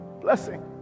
blessing